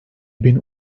bin